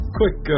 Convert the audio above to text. quick